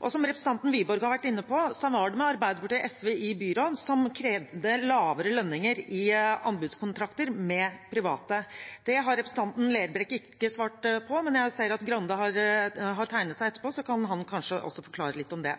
Og, som representanten Wiborg har vært inne på, det samme var det med Arbeiderpartiet og SV i byråd, som krevde lavere lønninger i anbudskontrakter med private. Det har representanten Lerbrekk ikke svart på, men jeg ser at representanten Grande har tegnet seg etterpå, så han kan